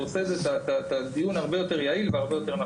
זה יעשה את הדיון הרבה יותר יעיל ונכון,